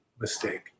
mistake